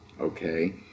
okay